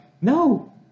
no